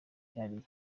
byihariye